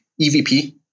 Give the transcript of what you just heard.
EVP